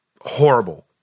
horrible